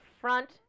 front